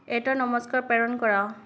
এটা নমস্কাৰ প্ৰেৰণ কৰা